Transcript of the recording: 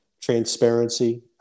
transparency